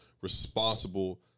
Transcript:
responsible